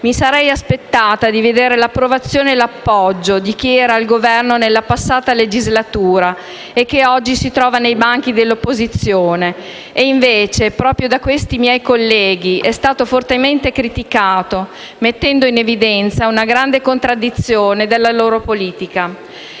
mi sarei aspettata di vedere l'approvazione e l'appoggio di chi era al Governo nella passata legislatura e oggi si trova ai banchi dell'opposizione, e proprio dai miei colleghi è stato fortemente criticato mettendo in evidenza una grande contraddizione della loro politica.